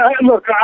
look